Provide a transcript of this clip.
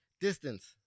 distance